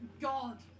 God